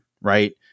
right